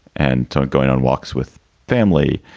and going on walks with family.